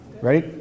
Ready